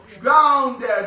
Grounded